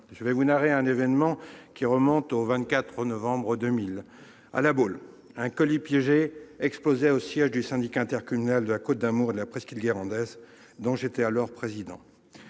Je vais vous narrer un événement qui remonte au 24 novembre 2000. À La Baule, un colis piégé explosait au siège du syndicat intercommunal de la Côte d'Amour et de la presqu'île guérandaise, dont j'étais alors président,